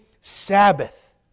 Sabbath